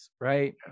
right